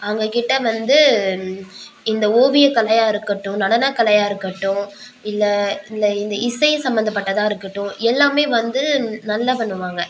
அவங்கக்கிட்ட வந்து இந்த ஓவியக்கலையாக இருக்கட்டும் நடனக்கலையாக இருக்கட்டும் இல்லை இல்லை இந்த இசை சம்மந்தப்பட்டதாக இருக்கட்டும் எல்லாமே வந்து நல்லா பண்ணுவாங்க